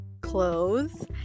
clothes